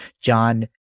John